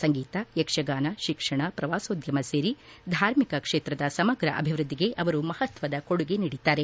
ಸಂಗೀತ ಯಕ್ಷಗಾನ ಶಿಕ್ಷಣ ಪ್ರವಾಸೋದ್ಯಮ ಸೇರಿ ಧಾರ್ಮಿಕ ಕ್ಷೇತ್ರದ ಸಮಗ್ರ ಅಭಿವೃದ್ದಿಗೆ ಅವರು ಮಹತ್ವದ ಕೊಡುಗೆ ನೀಡಿದ್ದಾರೆ